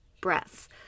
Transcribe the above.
breaths